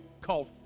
called